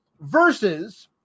Versus